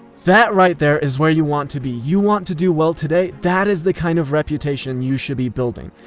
that right there is where you want to be! you want to do well today? that is the kind of reputation you should be building.